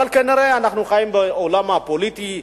אבל כנראה אנחנו חיים בעולם הפוליטי,